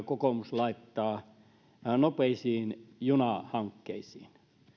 kokoomus laittaa kaksi miljardia nopeisiin junahankkeisiin